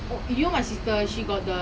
then I go ah I screaming ah